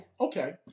Okay